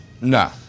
no